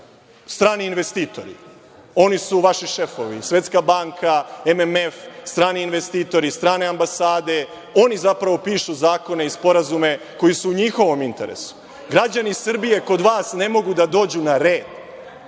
strani investitori, oni su vaši šefovi, Svetska banka, MMF, strani investitori, strane ambasade, oni zapravo pišu zakone i sporazume koji su u njihovom interesu. Građani Srbije kod vas ne mogu da dođu na red.